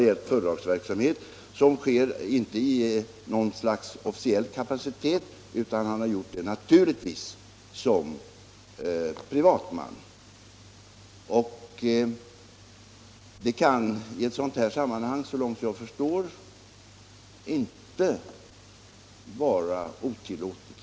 Ambassadören Edelstam har inte hållit föredragen i något slags officiell kapacitet utan naturligtvis som privatman. Det kan i ett sådant här sammanhang, såvitt jag förstår, inte vara otillåtet.